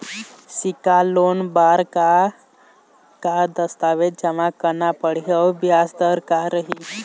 सिक्छा लोन बार का का दस्तावेज जमा करना पढ़ही अउ ब्याज दर का रही?